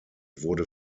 wurde